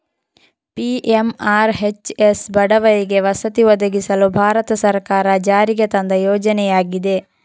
PMRHS ಬಡವರಿಗೆ ವಸತಿ ಒದಗಿಸಲು ಭಾರತ ಸರ್ಕಾರ ಜಾರಿಗೆ ತಂದ ಯೋಜನೆಯಾಗಿದೆ